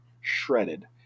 shredded